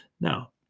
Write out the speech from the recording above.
now